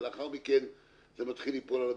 ולאחר מכן זה מתחיל ליפול על המשפחה,